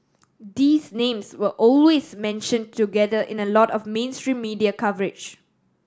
these names were always mentioned together in a lot of mainstream media coverage